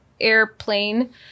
airplane